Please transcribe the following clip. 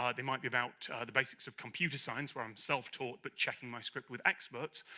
ah they might be about the basics of computer science where i'm self-taught but checking my script with experts.